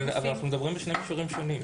אבל אנחנו מדברים בשני מישורים שונים.